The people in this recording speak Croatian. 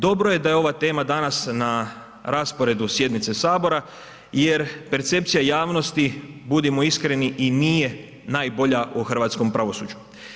Dobro je da je ova tema danas na rasporedu sjednice Sabora jer percepcija javnosti, budimo iskreni i nije najbolja o hrvatskom pravosuđu.